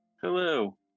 hello